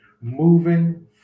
moving